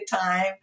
time